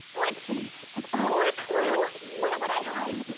let's see if i were a clue where would i hide?